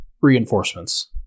reinforcements